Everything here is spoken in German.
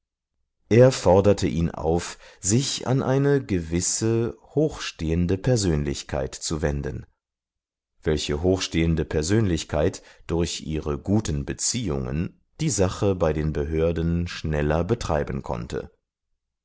er forderte ihn auf sich an eine gewisse hochstehende persönlichkeit zu wenden welche hochstehende persönlichkeit durch ihre guten beziehungen die sache bei den behörden schneller betreiben könnte